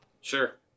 Sure